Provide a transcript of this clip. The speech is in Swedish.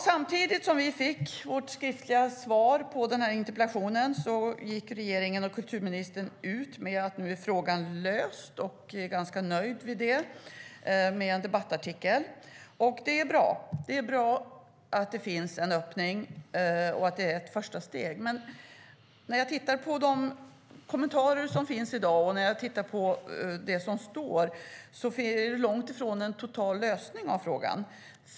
Samtidigt som vi fick vårt skriftliga svar på interpellationerna gick regeringen och kulturministern ut i en debattartikel med budskapet att frågan är löst, och man är ganska nöjd med det. Det är bra att det finns en öppning och att det är ett första steg. Men kommentarerna i dag och det som sades i interpellationssvaret är långt ifrån en total lösning på frågan.